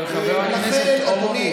אבל חבר הכנסת הורוביץ,